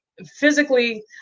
physically